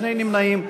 שני נמנעים.